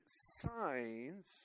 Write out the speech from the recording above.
signs